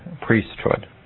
priesthood